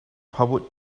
public